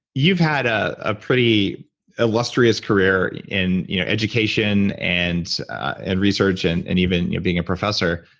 you've had ah a pretty illustrious career in you know education and and research and and even being a professor.